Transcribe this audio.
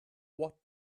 what